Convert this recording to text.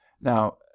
now